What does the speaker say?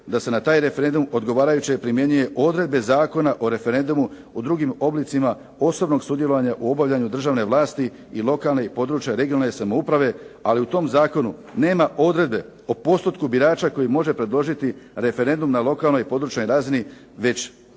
da se na taj referendum odgovarajuće primjenjuje odredbe Zakona o referendumu u drugim oblicima osobnog sudjelovanja u obavljanju državne vlasti i lokalne i područne regionalne samouprave. Ali u tom zakonu nema odredbe o postotku birača koji može predložiti referendum na lokalnoj i područnoj razini, već